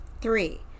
three